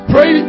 Pray